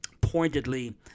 pointedly